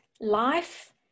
life